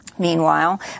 Meanwhile